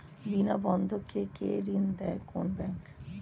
বিনা বন্ধক কে ঋণ দেয় কোন ব্যাংক?